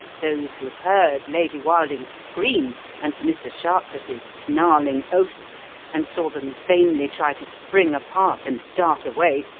those who heard lady wilding's scream and mr. sharpless's snarling oath and saw them vainly try to spring apart and dart away,